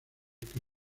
que